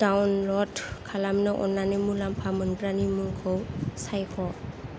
download खालामनो अननानै मुलाम्फा मोनग्रानि मुंखौ सायख'